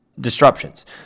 Disruptions